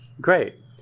Great